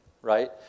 right